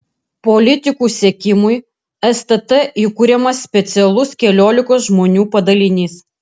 politikų sekimui stt įkuriamas specialus keliolikos žmonių padalinys